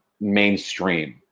mainstream